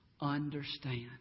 understand